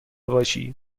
باشی